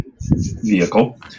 vehicle